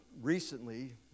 recently